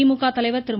திமுக தலைவர் திரு